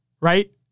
right